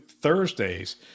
Thursdays